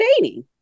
dating